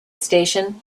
station